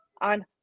On